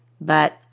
but